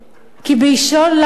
כי באישון לילה,